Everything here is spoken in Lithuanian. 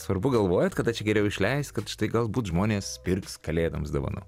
svarbu galvojat kada čia geriau išleist kad štai galbūt žmonės pirks kalėdoms dovanų